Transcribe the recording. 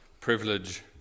privilege